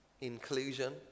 inclusion